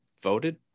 voted